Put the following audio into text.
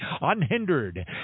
unhindered